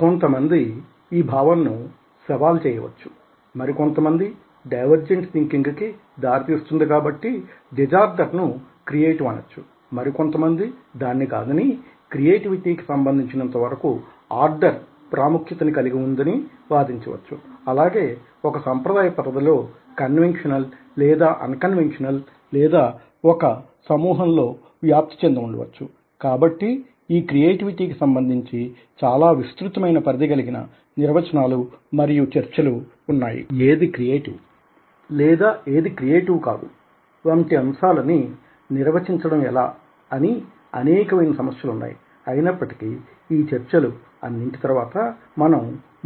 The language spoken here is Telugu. కొంతమంది ఈ భావనను సవాలు చేయవచ్చు మరికొంతమంది డైవెర్జెంట్ థింకింగ్ కి దారి తీస్తుంది కాబట్టి డిజార్డర్ ను క్రియేటివ్ అనవచ్చు మరికొంతమంది దానిని కాదని క్రియేటివిటీకి సంబంధించినంతవరకూ ఆర్డర్ ప్రాముఖ్యతను కలిగి ఉందని వాదించవచ్చు అలాగే ఒక సంప్రదాయ పరిధిలో కన్వెన్షనల్ లేదా అన్కన్వెన్షనల్ లేదా ఒక సమూహంలో వ్యాప్తి చెంది ఉండవచ్చు కాబట్టి క్రియేటివిటీ కి సంబంధించి చాలా విస్తృతమైన పరిధి కలిగిన నిర్వచనాలు మరియు చర్చలు ఉన్నాయి ఏది క్రియేటివ్ లేదా ఏది క్రియేటివ్ కాదు వంటి అంశాలని నిర్వచించడం ఎలా అని అనేక మైన సమస్యలు ఉన్నాయి అయినప్పటికీ ఈ చర్చలు అన్నింటి తర్వాత మనం